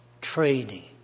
training